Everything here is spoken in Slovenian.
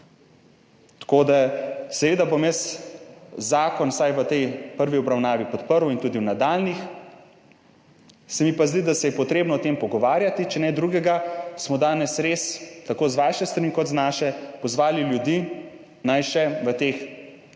Tako, da seveda bom jaz zakon vsaj v tej prvi obravnavi, podprl in tudi v nadaljnjih, se mi pa zdi, da se je potrebno o tem pogovarjati, če ne drugega, smo danes res tako z vaše strani kot z naše pozvali ljudi, naj še v teh